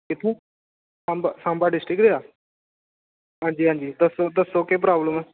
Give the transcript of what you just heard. Samba district दा आं जी आं जी दस्सो केह् प्रॉब्लम ऐ